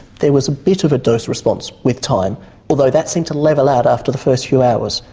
there was a bit of a dose response with time although that seemed to level out after the first few hours.